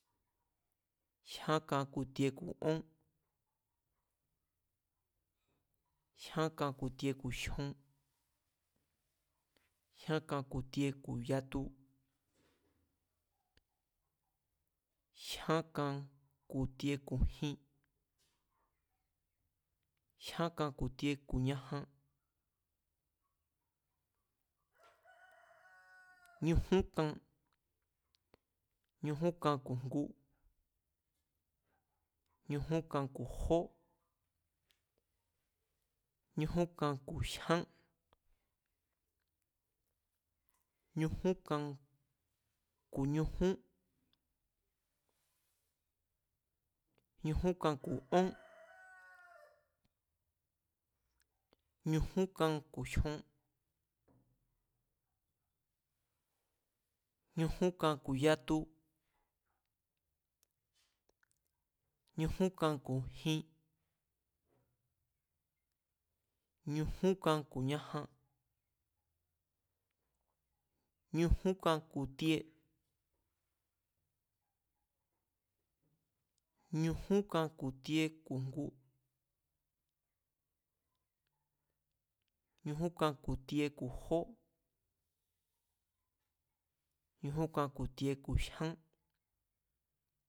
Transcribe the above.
Jyán kan ku̱ tie ku̱ ón, jyan kan ku̱ tie ku̱ jyon, jyán kan ku̱ tie ku̱ yatu, jyán kan ku̱ tie ku̱ jin, jyán kan ku̱ tie ku̱ ñajan, ñujún kan, ñujún kan ku̱ jngu, ñujún kan ku̱ jó, ñujún kan ku̱ jyán, ñujún kan ku̱ ñujún, ñujún kan ku̱ ón, ñujún kan ku̱ jyon, ñujún kan ku̱ yatu, ñujún kan ku̱ jin, ñujún kan ku̱ ñájan, ñujún kan ku̱ tie, ñujún kan ku̱ tie ku̱ ngu, ñujún kan ku̱ tie ku̱ jó, ñujún kan ku̱ ti̱e̱ ku̱ jyán